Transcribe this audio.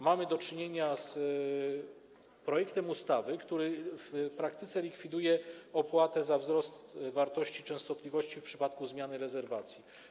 Mamy do czynienia z projektem ustawy, który w praktyce likwiduje opłatę za wzrost wartości częstotliwości w przypadku zmiany rezerwacji.